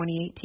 2018